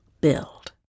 build